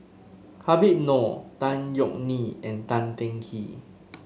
Habib Noh Tan Yeok Nee and Tan Teng Kee